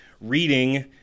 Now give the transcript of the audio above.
reading